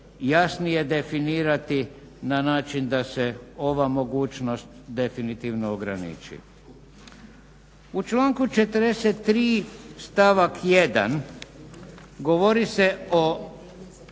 jasnije definirati na način da se ova mogućnost definitivno ograniči. U članku 43. stavak 1. govori se o